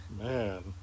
man